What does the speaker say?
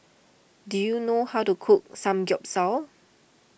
do you know how to cook Samgyeopsal